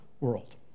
world